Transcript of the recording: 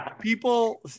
people